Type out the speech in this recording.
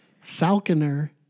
Falconer